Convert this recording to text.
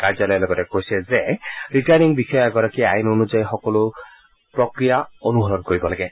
কাৰ্যালয়ে লগতে কৈছে যে ৰিটাৰ্ণিং বিষয়া এগৰাকীয়ে আইন অনুযায়ী সকলো নিৰ্ধাৰিত প্ৰক্ৰিয়া অনুসৰণ কৰিব লাগে